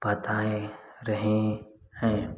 बताएँ रहे हैं